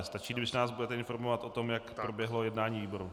Stačí, když nás budete informovat o tom, jak proběhlo jednání výboru.